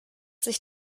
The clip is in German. sich